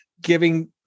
giving